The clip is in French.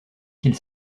qu’il